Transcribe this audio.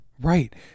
Right